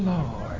Lord